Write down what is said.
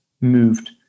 moved